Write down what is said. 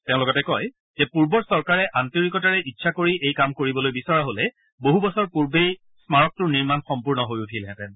তেওঁ লগত কয় যে পূৰ্বৰ চৰকাৰে আন্তৰিকতাৰে ইচ্ছা কৰি এই কাম কৰিবলৈ বিচৰা হলে বহু বছৰ পূৰ্বেই স্মাৰকটোৰ নিৰ্মাণ সম্পূৰ্ণ হৈ উঠিলহেতেঁন